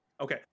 okay